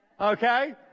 okay